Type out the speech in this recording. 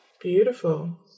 beautiful